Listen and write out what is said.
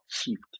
achieved